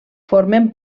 formen